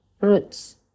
roots